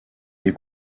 des